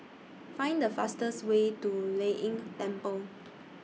Find The fastest Way to Lei Yin Temple